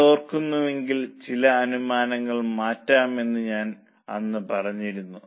നിങ്ങൾ ഓർക്കുന്നുണ്ടെങ്കിൽ ചില അനുമാനങ്ങൾ മാറ്റാം എന്ന് ഞാൻ അന്ന് പറഞ്ഞിരുന്നു